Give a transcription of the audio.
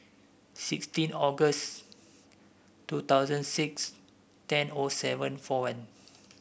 sixteen August two thousand six ten O seven four one